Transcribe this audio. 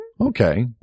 Okay